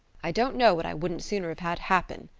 i don't know what i wouldn't sooner have had happen,